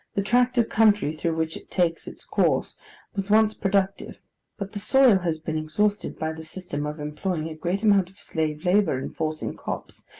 the tract of country through which it takes its course was once productive but the soil has been exhausted by the system of employing a great amount of slave labour in forcing crops,